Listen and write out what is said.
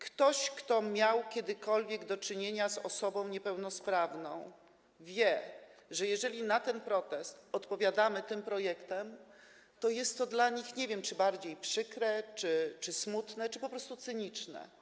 Ktoś, kto miał kiedykolwiek do czynienia z osobą niepełnosprawną, wie, że jeżeli na ten protest odpowiadamy tym projektem, to jest to dla nich, nie wiem, czy bardziej przykre, czy smutne, czy po prostu cyniczne.